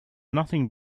nothing